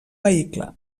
vehicle